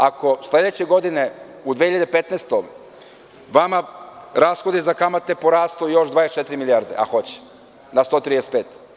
Ako sledeće godine u 2015. godini, vama rashodi za kamate porastu još 24 milijarde, a hoće na 135.